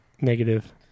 negative